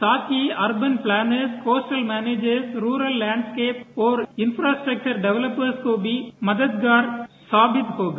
साथ ही urban planners coastal managers rural landscape और इफ़ास्ट्रक्चर डेवलेपर्स को भी मददगार साबित होगा